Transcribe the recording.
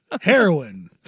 heroin